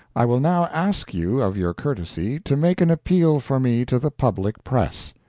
i will now ask you of your courtesy to make an appeal for me to the public press.